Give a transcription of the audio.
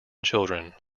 children